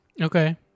Okay